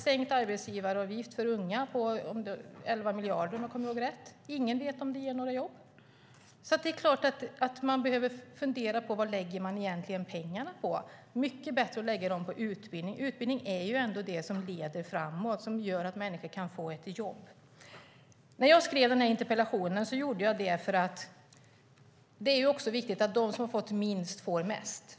Sänkta arbetsgivaravgifter för unga har kostat 11 miljarder, om jag kommer ihåg rätt. Ingen vet om det ger några jobb. Det är klart att man behöver fundera på vad man egentligen lägger pengarna på. Det är mycket bättre att lägga dem på utbildning, som är det som leder framåt och gör att människor kan få jobb. Jag skrev interpellationen för att det är viktigt att de som fått minst ska få mest.